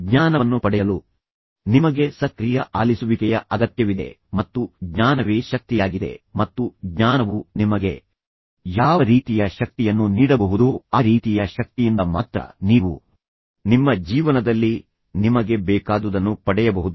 ಜ್ಞಾನವನ್ನು ಪಡೆಯಲು ನಿಮಗೆ ಸಕ್ರಿಯ ಆಲಿಸುವಿಕೆಯ ಅಗತ್ಯವಿದೆ ಮತ್ತು ಜ್ಞಾನವೇ ಶಕ್ತಿಯಾಗಿದೆ ಮತ್ತು ಜ್ಞಾನವು ನಿಮಗೆ ಯಾವ ರೀತಿಯ ಶಕ್ತಿಯನ್ನು ನೀಡಬಹುದೋ ಆ ರೀತಿಯ ಶಕ್ತಿಯಿಂದ ಮಾತ್ರ ನೀವು ನಿಮ್ಮ ಜೀವನದಲ್ಲಿ ನಿಮಗೆ ಬೇಕಾದುದನ್ನು ಪಡೆಯಬಹುದು